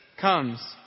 comes